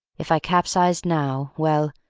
if i capsized now, well,